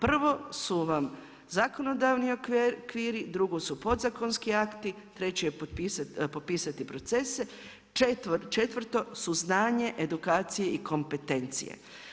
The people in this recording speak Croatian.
Prvo su vam zakonodavni okviri, drugo su podzakonski akti, treće je popisati procese, četvrto su znanje, edukacije i kompetencije.